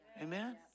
Amen